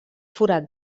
forat